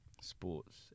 sports